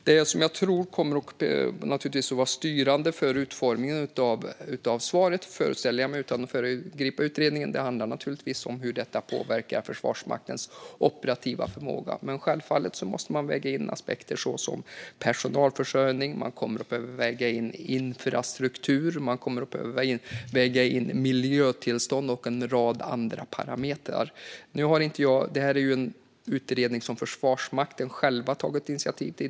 Det jag tror kommer att vara styrande för utformningen av svaret - föreställer jag mig utan att föregripa utredningen - är hur detta påverkar Försvarsmaktens operativa förmåga. Självfallet kommer man också att behöva väga in aspekter som personalförsörjning, infrastruktur, miljötillstånd och en rad andra parametrar. Detta är ju en utredning som Försvarsmakten själv har tagit initiativ till.